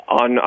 on